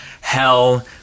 hell